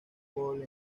gol